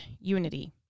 unity